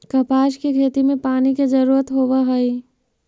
कपास के खेती में पानी के जरूरत होवऽ हई